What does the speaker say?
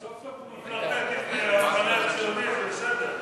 סוף-סוף הוא מפלרטט עם המחנה הציוני, זה בסדר.